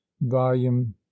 volume